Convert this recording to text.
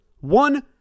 One